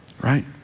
right